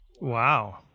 Wow